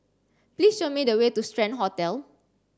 please show me the way to Strand Hotel